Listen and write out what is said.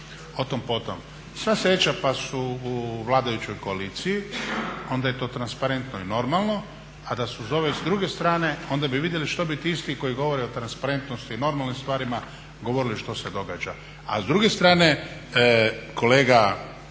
o tom po tom. Sva sreća da su u vladajućoj koaliciji onda je to transparentno i normalno, a da su s ove druge strane onda bi vidjeli što bi ti isti koji govore o transparentnosti i normalnim stvarima govorili što se događa. A s druge strane kolega